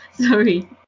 sorry